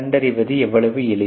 கண்டறிவது எவ்வளவு எளிது